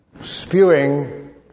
spewing